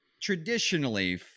traditionally